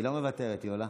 היא לא מוותרת, היא עולה.